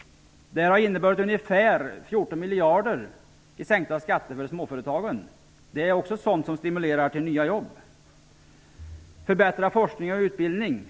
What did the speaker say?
Dessa åtgärder har inneburit ungefär 14 miljarder i sänkta skatter för småföretagen; det stimulerar till nya jobb. Vad gäller förbättrad forskning och utbildning